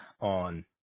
on